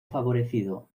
favorecido